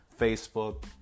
Facebook